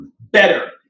better